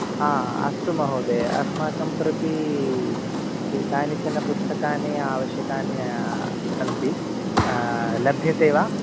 हा अस्तु महोदय अस्माकं प्रति कानिचानि पुस्तकानि आवश्यकानि सन्ति लभ्यते वा